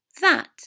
That